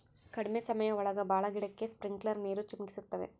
ಕಡ್ಮೆ ಸಮಯ ಒಳಗ ಭಾಳ ಗಿಡಕ್ಕೆ ಸ್ಪ್ರಿಂಕ್ಲರ್ ನೀರ್ ಚಿಮುಕಿಸ್ತವೆ